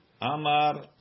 Amar